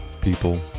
people